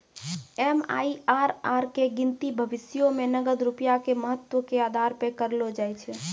MIRR के गिनती भविष्यो मे नगद रूपया के महत्व के आधार पे करलो जाय छै